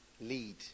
lead